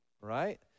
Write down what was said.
right